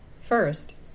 First